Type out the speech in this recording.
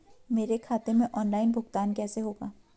मेरे खाते में ऑनलाइन भुगतान कैसे होगा?